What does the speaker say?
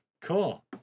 Cool